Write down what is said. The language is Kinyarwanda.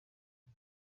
kwa